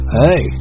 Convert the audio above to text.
hey